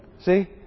See